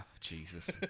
Jesus